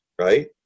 right